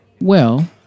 Well